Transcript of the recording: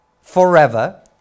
forever